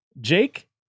Jake